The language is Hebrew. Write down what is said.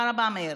תודה רבה, מאיר.